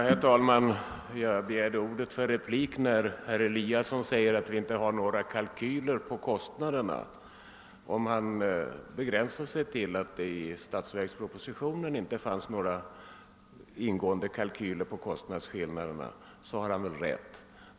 Herr talman! Jag begärde ordet i anledning av herr Eliassons i Sundborn uttalande att vi inte har några kalkyler på kostnaderna. Om han begränsar sig till att det i statsverkspropositionen inte finns några ingående kalkyler på kostnadsskillnaderna har han väl rätt.